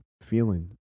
feeling